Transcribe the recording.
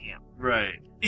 Right